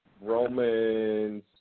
Romans